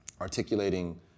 articulating